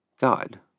God